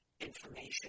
information